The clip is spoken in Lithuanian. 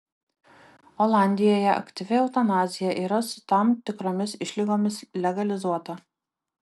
olandijoje aktyvi eutanazija yra su tam tikromis išlygomis legalizuota